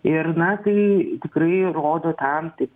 ir na tai tikrai rodo tam ti